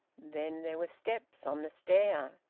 then there were steps on the stair.